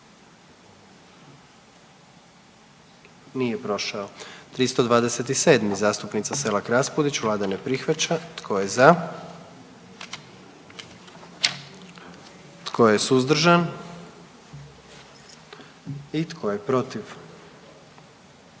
44. Kluba zastupnika SDP-a, vlada ne prihvaća. Tko je za? Tko je suzdržan? Tko je protiv?